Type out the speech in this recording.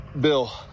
bill